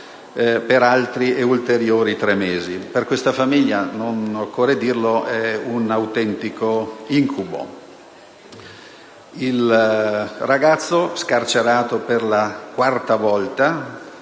Per questa famiglia, non occorre dirlo, è un autentico incubo.